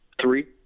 Three